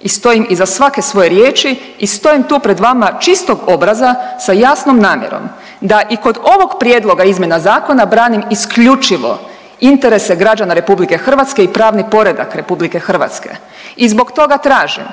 i stojim iza svake svoje riječi i stojim tu pred vama čistog obraza sa jasnom namjerom da i kod ovog prijedloga izmjena zakona branim isključivo interese građana RH i pravni poredak RH i zbog toga tražim